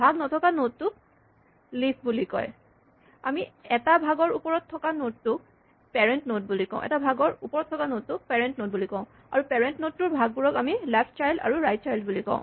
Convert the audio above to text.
ভাগ নথকা নডটোক লিফ বুলি কয় আমি এটা ভাগৰ ওপৰত থকা নডটোক পেৰেন্ট নড বুলি কওঁ আৰু পেৰেন্ট নডটোৰ ভাগবোৰক আমি লেফ্ট চাইল্ড আৰু ৰাইট চাইল্ড বুলি কওঁ